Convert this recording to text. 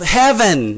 heaven